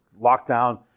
Lockdown